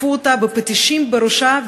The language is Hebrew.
תקפו אותה בפטישים בראשה,